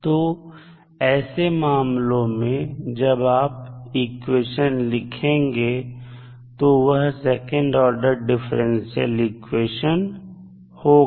तो ऐसे मामलों में जब आप इक्वेशन लिखेंगे तो वह सेकंड ऑर्डर इक्वेशन होगा